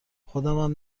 خودمم